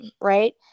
Right